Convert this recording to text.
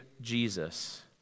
Jesus